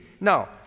Now